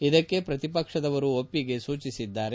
ಇದಕ್ಕೆ ಪ್ರತಿಪಕ್ಷದವರು ಒಪ್ಪಿಗೆ ಸೂಚಿಸಿದ್ದಾರೆ